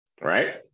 Right